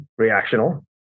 reactional